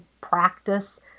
practice